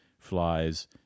flies